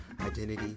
identity